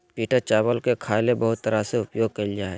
पिटा चावल के खाय ले बहुत तरह से उपयोग कइल जा हइ